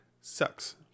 sucks